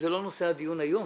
זה לא נושא הדיון היום.